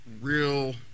real